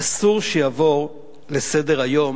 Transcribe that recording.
אסור שיעבור לסדר-יום